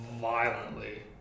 violently